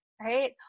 right